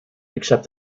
except